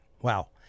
wow